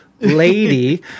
lady